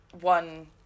one